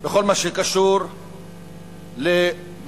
בכל הקשור למשכורות,